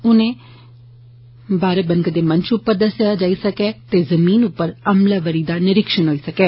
उन्दे बारै बनकदे मंच उप्पर दस्सेया जाई सकै ते जमीन उप्पर अमलावरी दा निरिक्षण होई सकै